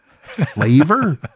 Flavor